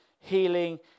healing